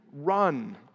run